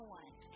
one